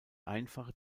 einfache